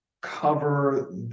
cover